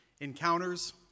encounters